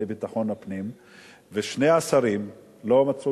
8153, 8150, 8185 ו-8186.